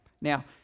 now